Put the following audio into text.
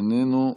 איננו.